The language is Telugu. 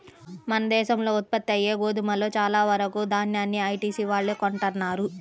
మన దేశంలో ఉత్పత్తయ్యే గోధుమలో చాలా వరకు దాన్యాన్ని ఐటీసీ వాళ్ళే కొంటన్నారు